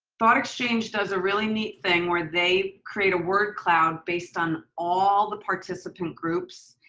thought exchange does a really neat thing where they create a word cloud based on all the participant groups.